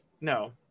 No